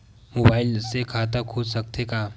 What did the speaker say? Mobile से खाता खुल सकथे का?